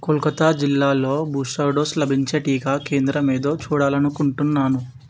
కోలకత్తా జిల్లాలో booster dose లభించే టీకా కేంద్రం ఏదో చూడాలనుకుంటున్నాను